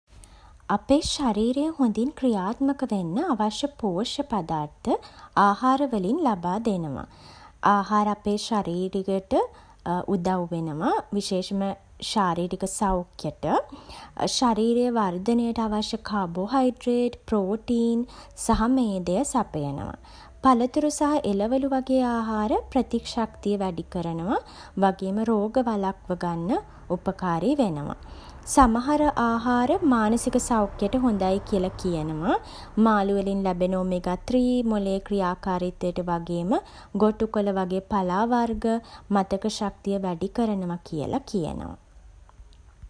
අපේ ශරීරය හොඳින් ක්‍රියාත්මක වෙන්න අවශ්‍ය පෝෂ්‍ය පදාර්ථ ආහාර වලින් ලබා දෙනවා. ආහාර අපේ ශරීරයට උදව් වෙනවා. විශේෂයෙන්ම ශාරීරික සෞඛ්‍යයට. ශරීරයේ වර්ධනයට අවශ්‍ය කාබෝහයිඩ්‍රේට්, ප්‍රෝටීන් සහ මේදය සපයනවා. පලතුරු සහ එළවළු වගේ ආහාර ප්‍රතිශක්තිය වැඩි කරනවා වගේම රෝග වළක්ව ගන්න උපකාරී වෙනවා. සමහර ආහාර මානසික සෞඛ්‍යයට හොඳයි කියලා කියනවා. මාළු වලින් ලැබෙන ඔමේගා-3 මොළයේ ක්‍රියාකාරිත්වයට වගේම ගොටුකොල වගේ පලා වර්ග මතක ශක්තිය වැඩි කරනවා කියලා කියනවා.